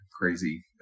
crazy